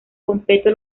completo